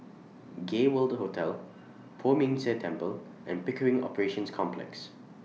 Gay World Hotel Poh Ming Tse Temple and Pickering Operations Complex